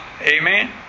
Amen